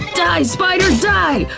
die, spider, die!